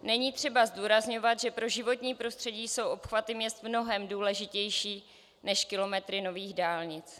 Není třeba zdůrazňovat, že pro životní prostředí jsou obchvaty měst mnohem důležitější než kilometry nových dálnic.